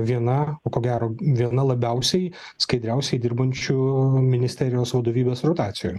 viena ko gero viena labiausiai skaidriausiai dirbančių ministerijos vadovybės rotacijų